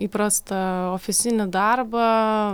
įprastą ofisinį darbą